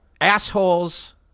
assholes